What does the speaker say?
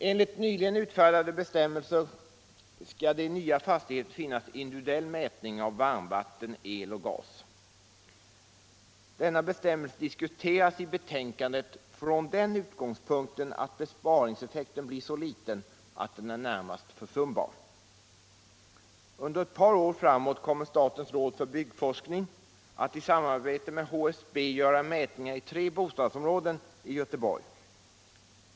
Enligt nyligen utfärdade bestämmelser skall det i nya fastigheter finnas möjlighet till individuell mätning av varmvatten, el och gas. Denna bestämmelse diskuteras i betänkandet från den utgångspunkten att besparingseffekten blir så liten att den är närmast försumbar. Under ett par år framåt kommer statens råd för byggforskning att i samarbete med HSB göra mätningar i tre bostadsområden i Göteborg.